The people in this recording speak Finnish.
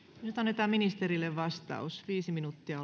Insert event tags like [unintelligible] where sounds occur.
nyt annetaan ministerille vastaus viisi minuuttia [unintelligible]